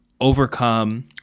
overcome